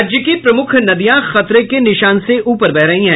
राज्य की प्रमुख नदियां खतरे के निशान से ऊपर बह रही है